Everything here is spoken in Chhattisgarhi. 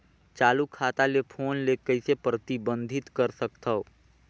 चालू खाता ले फोन ले कइसे प्रतिबंधित कर सकथव?